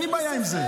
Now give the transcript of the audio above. אין לי בעיה עם זה.